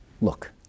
look